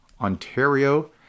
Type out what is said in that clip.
Ontario